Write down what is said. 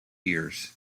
ears